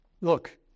Look